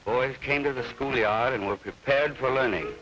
d boys came to the school yard and were prepared for learning